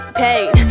paid